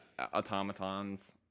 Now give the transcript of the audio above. automatons